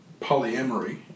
polyamory